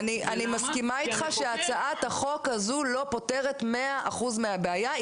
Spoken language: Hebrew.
אני מסכימה איתך שהצעת החוק הזאת לא פותרת מאה אחוז מהבעיה.